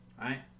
right